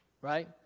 right